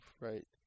right